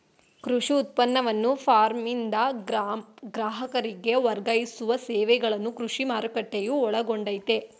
ಕೃಷಿ ಉತ್ಪನ್ನವನ್ನು ಫಾರ್ಮ್ನಿಂದ ಗ್ರಾಹಕರಿಗೆ ವರ್ಗಾಯಿಸುವ ಸೇವೆಗಳನ್ನು ಕೃಷಿ ಮಾರುಕಟ್ಟೆಯು ಒಳಗೊಂಡಯ್ತೇ